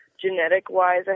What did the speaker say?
genetic-wise